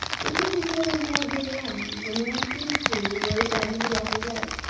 the ship was sailing quite near the land, when the absolute fool rode down to the water's edge,